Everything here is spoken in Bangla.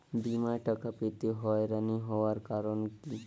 বিমার টাকা পেতে হয়রানি হওয়ার কারণ কি?